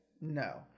No